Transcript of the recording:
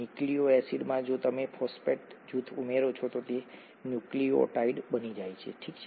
ન્યુક્લિયોસાઇડમાં જો તમે ફોસ્ફેટ જૂથ ઉમેરો છો તો તે ન્યુક્લિઓટાઇડ બની જાય છે ઠીક છે